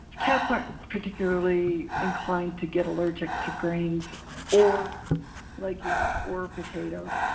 cats aren't particularly inclined to get allergic to grains or legumes or potatoes.